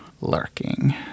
lurking